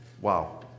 wow